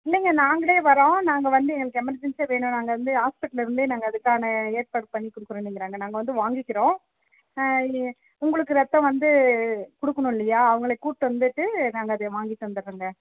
இல்லைங்க நாங்களே வரோம் நாங்கள் வந்து எங்களுக்கு எமர்ஜன்ஸியாக வேணும் நாங்கள் வந்து ஹாஸ்பெட்லேந்து அதற்கான ஏற்பாடு பண்ணிக்கொடுக்குரோங்குறாங்க நாங்கள் வந்து வாங்கிக்கிறோம் உங்களுக்கு ரத்தம் வந்து கொடுக்குனு இல்லிலயா அவுங்கள கூட்டு வந்துட்டு நாங்கள் அத வாங்கிட்டு வந்துரோம்க